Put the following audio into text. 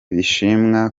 bishimwa